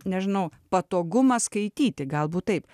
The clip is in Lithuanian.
nežinau patogumą skaityti galbūt taip